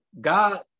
God